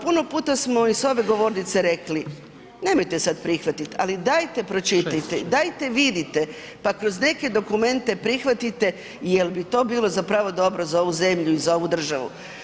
Puno puno smo i sa ove govornice rekli, nemojte sad prihvatiti ali dajte pročitajte, dajte vidite pa kroz neke dokumente prihvatite jel' bi to bilo zapravo dobro za ovu zemlju i za ovu državu.